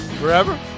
Forever